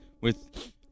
with-